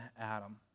Adam